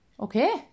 Okay